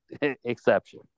exception